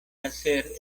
hacer